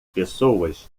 pessoas